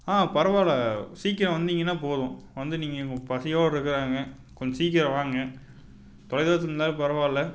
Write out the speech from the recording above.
ஆ பரவாயில்ல சீக்கிரம் வந்திங்கன்னால் போதும் வந்து நீங்கள் இங்கே பசியோடு இருக்கிறாங்க கொஞ்சம் சீக்கிரம் வாங்க தொலைதூரத்தில் இருந்தாலும் பரவாயில்ல